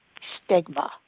Stigma